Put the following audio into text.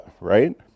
right